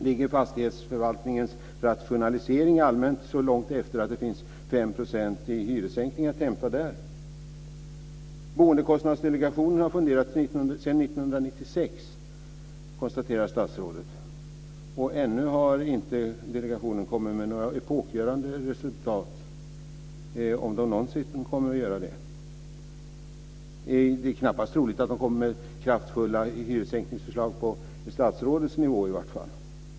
Ligger rationaliseringen av fastighetsförvaltningen allmänt så långt efter att det finns 5 % i hyressänkningar att hämta där? Statsrådet konstaterar att Byggkostnadsdelegationen har funderat sedan 1996. Ännu har inte delegationen kommit med några epokgörande resultat, om man någonsin kommer att göra det. Det är knappast troligt att man kommer att lägga fram förslag på kraftfulla hyressänkningar på statsrådets nivå.